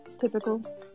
typical